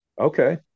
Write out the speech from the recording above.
Okay